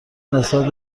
نسبت